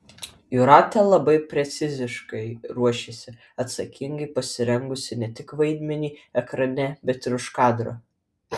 jūratė labai preciziškai ruošiasi atsakingai pasirengusi ne tik vaidmeniui ekrane bet ir už kadro